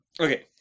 okay